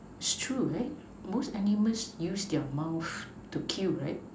it's true right most animal use their mouth to kill right